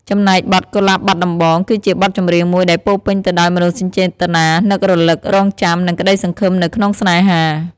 ចំណែកបទ កូលាបបាត់ដំបង គឺជាបទចម្រៀងមួយដែលពោរពេញទៅដោយមនោសញ្ចេតនានឹករលឹក រង់ចាំ និងក្តីសង្ឃឹមនៅក្នុងស្នេហា។